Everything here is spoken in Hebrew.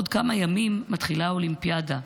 עוד כמה ימים מתחילה האולימפיאדה,